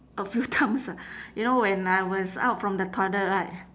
a few times ah you know when I was out from the toilet right